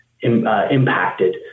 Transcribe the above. impacted